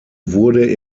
wurde